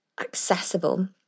accessible